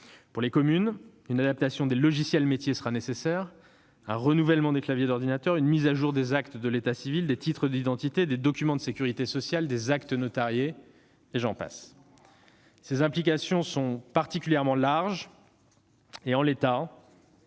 Pour les communes, une adaptation des logiciels métiers sera nécessaire, ainsi qu'un renouvellement des claviers d'ordinateur et une mise à jour des actes de l'état civil, des titres d'identité, des documents de sécurité sociale et des actes notariés ... Ces implications sont particulièrement larges et, en l'état,